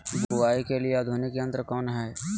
बुवाई के लिए आधुनिक यंत्र कौन हैय?